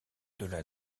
delà